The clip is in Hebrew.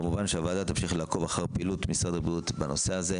כמובן שהוועדה תמשיך לעקוב אחר פעילות משרד הבריאות בנושא הזה.